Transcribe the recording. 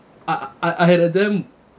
I I I I had them